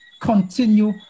continue